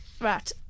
right